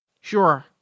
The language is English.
Sure